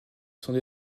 sont